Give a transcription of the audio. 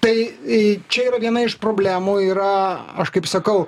tai čia yra viena iš problemų yra aš kaip sakau